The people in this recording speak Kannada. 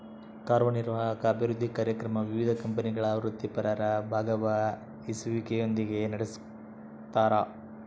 ಕಾರ್ಯನಿರ್ವಾಹಕ ಅಭಿವೃದ್ಧಿ ಕಾರ್ಯಕ್ರಮ ವಿವಿಧ ಕಂಪನಿಗಳ ವೃತ್ತಿಪರರ ಭಾಗವಹಿಸುವಿಕೆಯೊಂದಿಗೆ ನಡೆಸ್ತಾರ